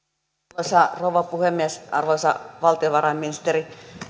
arvoisa rouva puhemies arvoisa valtiovarainministeri